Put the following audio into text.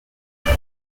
عليه